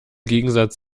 gegensatz